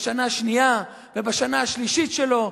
בשנה השנייה ובשנה השלישית שלו,